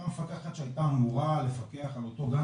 אותה מפקחת שהייתה אמורה לפקח על אותו הגן